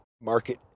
market